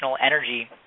energy